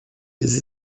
des